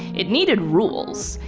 it needed rules,